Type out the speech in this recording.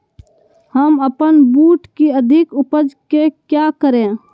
हम अपन बूट की अधिक उपज के क्या करे?